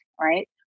Right